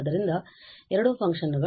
ಆದ್ದರಿಂದ ಎರಡು ಫಂಕ್ಷನ್ ಗಳಿವೆ